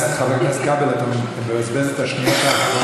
חבר הכנסת כבל, אתה מבזבז את השניות האחרונות.